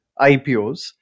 IPOs